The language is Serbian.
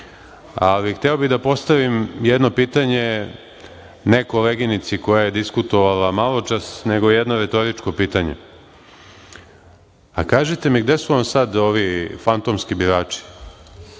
toga. Hteo bih da postavim jedno pitanje ne koleginici koja je diskutovala maločas, nego jedno retoričko pitanje. Kažite mi gde su vam sada ovi fantomski birači?